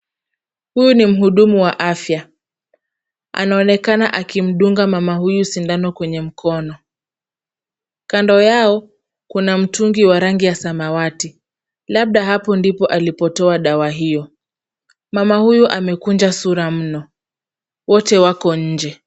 Huyu ni mhudumu wa afya. Anaonekana akimdunga mama huyu sindano kwenye mkono. Kando yao kuna mtungi wa rangi ya samawati. Labda hapo ndipo alipotoa dawa hiyo. Mama huyu amekunja sura mno. Wote wako nje.